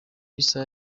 isaha